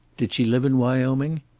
did she live in wyoming?